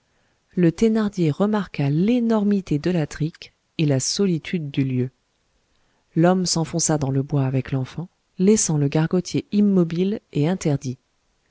le thénardier remarqua l'énormité de la trique et la solitude du lieu l'homme s'enfonça dans le bois avec l'enfant laissant le gargotier immobile et interdit